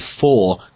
four